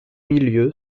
milieu